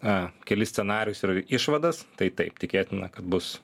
a kelis scenarijus ir išvadas tai taip tikėtina kad bus